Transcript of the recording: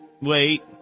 wait